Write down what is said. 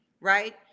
right